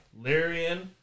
Lyrian